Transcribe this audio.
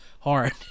Hard